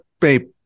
Babe